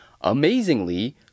amazingly